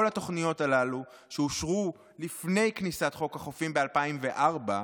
התוכניות הללו שאושרו לפני כניסת חוק החופים ב-2004,